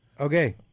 okay